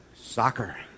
Soccer